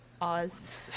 Oz